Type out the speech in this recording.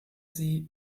sie